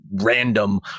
random